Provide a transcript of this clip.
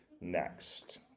next